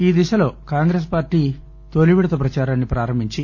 ఈ దిశలో కాంగ్రెస్ పార్టీ తొలివిడత ప్రచారాన్ని ప్రారంభించి